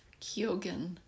Kyogen